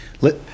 Let